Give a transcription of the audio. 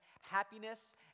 happiness